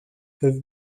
have